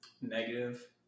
negative